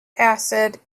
acid